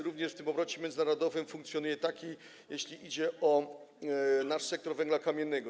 Również w tym obrocie międzynarodowym to funkcjonuje, jeśli chodzi o nasz sektor węgla kamiennego.